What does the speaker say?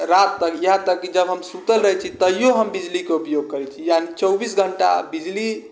राति तक यहाँ तक कि जब हम सुतल रहै छी तैओ हम बिजलीके उपयोग करै छी यानी चौबीस घण्टा बिजली